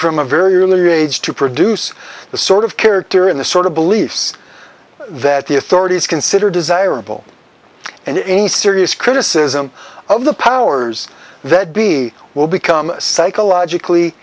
from a very early age to produce the sort of character in the sort of beliefs that the authorities consider desirable and in serious criticism of the powers that be will become psychologically